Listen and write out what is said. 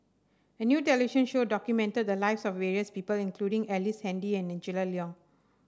a new television show documented the lives of various people including Ellice Handy and Angela Liong